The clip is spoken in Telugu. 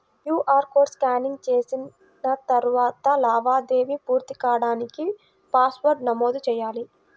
క్యూఆర్ కోడ్ స్కానింగ్ చేసిన తరువాత లావాదేవీ పూర్తి కాడానికి పాస్వర్డ్ను నమోదు చెయ్యాలి